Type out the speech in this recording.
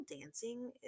dancing